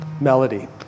melody